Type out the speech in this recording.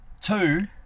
Two